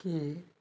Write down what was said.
କି